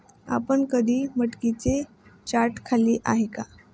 आपण कधी मटकीची चाट खाल्ली आहे का?